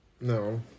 No